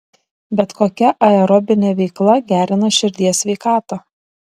bet kokia aerobinė veikla gerina širdies sveikatą